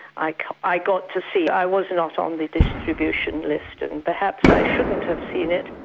i i got to see, i was not on the distribution list, and perhaps i shouldn't have seen it,